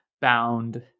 bound